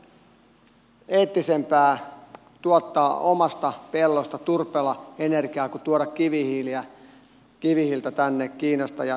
on paljon eettisempää tuottaa omasta pellosta turpeella energiaa kuin tuoda kivihiiltä tänne kiinasta ja ympäri maailmaa